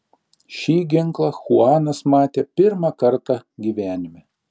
šį ginklą chuanas matė pirmą kartą gyvenime